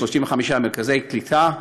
יש 35 מרכזי קליטה,